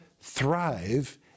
Thrive